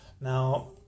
now